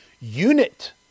Unit